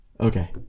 okay